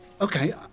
Okay